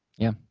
yeah.